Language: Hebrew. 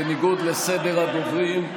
בניגוד לסדר הדוברים.